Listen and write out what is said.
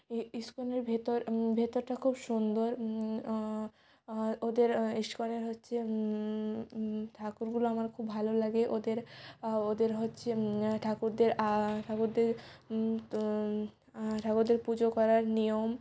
এই ইস্কনের ভেতর ভেতরটা খুব সুন্দর আর ওদের ইস্কনের হচ্ছে ঠাকুরগুলো আমার খুব ভালো লাগে ওদের আ ওদের হচ্ছে ঠাকুরদের ঠাকুরদের ঠাকুরদের পুজো করার নিয়ম